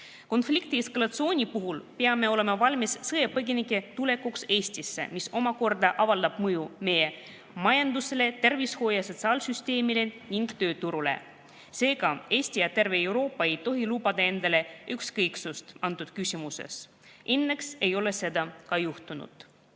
Konflikti eskalatsiooni puhul peame olema valmis sõjapõgenike tulekuks Eestisse, mis muidugi avaldab mõju meie majandusele, tervishoiu- ja sotsiaalsüsteemile ning tööturule. Seega, Eesti ja terve Euroopa ei tohi lubada endale ükskõiksust antud küsimuses. Õnneks ei ole seda ka juhtunud. Vaatamata